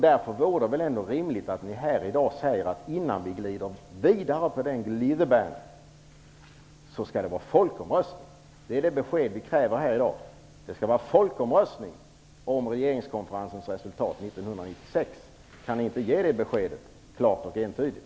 Därför vore det väl rimligt att ni här i dag säger att det skall vara en folkomröstning innan vi glider vidare på den glidebanen. Det är det besked vi kräver här i dag. Det skall vara en folkomröstning om regeringskonferensens resultat 1996. Kan ni inte ge det beskedet klart och entydigt?